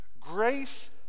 grace